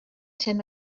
ten